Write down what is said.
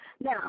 Now